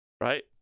right